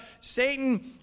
Satan